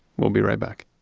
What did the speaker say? we'll be right back